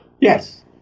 Yes